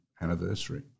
anniversary